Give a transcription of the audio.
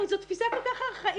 הרי זאת תפיסה כל כך ארכאית.